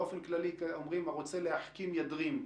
באופן כללי אומרים: הרוצה להחכים ידרים.